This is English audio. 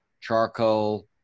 charcoal